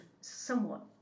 somewhat